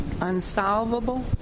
unsolvable